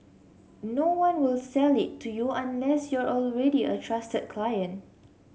no one will sell it to you unless you're already a trusted client